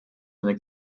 einer